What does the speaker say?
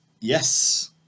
yes